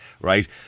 right